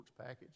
package